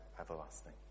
everlasting